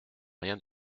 rien